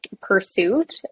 pursuit